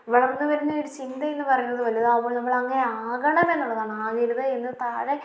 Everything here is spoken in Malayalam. വളർന്നു വരുന്ന ഒരു ചിന്ത എന്നുപറയുന്നത് വലുതാകുമ്പോൾ നമ്മൾ അങ്ങനെ ആകണമെന്നുള്ളതാണ് ആകരുത് എന്നു താഴെ